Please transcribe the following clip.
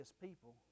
people